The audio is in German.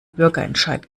bürgerentscheid